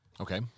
Okay